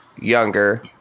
younger